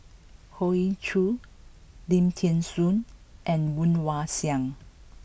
Hoey Choo Lim Thean Soo and Woon Wah Siang